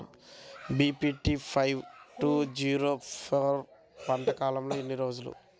BPT five two zero four పంట కాలంలో ఎన్ని రోజులు?